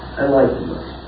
enlightenment